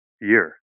year